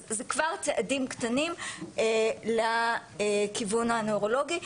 אז זה כבר צעדים קטנים לכיוון הנוירולוגי.